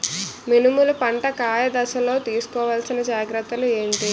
మినుములు పంట కాయ దశలో తిస్కోవాలసిన జాగ్రత్తలు ఏంటి?